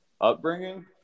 upbringing